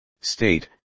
state